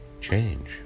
change